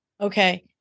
Okay